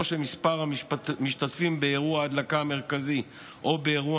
או שמספר המשתתפים באירוע ההדלקה המרכזי או באירוע